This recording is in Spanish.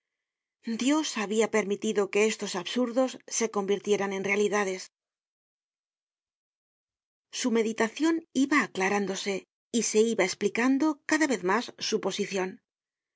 dios habia permitido que estos absurdos se convirtieran en realidades content from google book search generated at su meditacion iba aclarándose y se iba esplicando cada vez mas su posicion